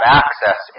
access